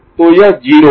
तो यह 0 है